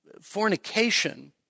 fornication